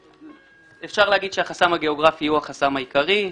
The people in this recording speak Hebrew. אפשר לומר שהחסם הגיאוגרפי הוא החסם העיקרי.